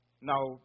now